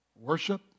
worship